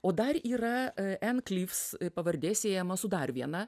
o dar yra ann klyvs pavardė siejama su dar viena